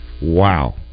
Wow